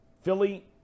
Philly